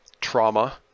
trauma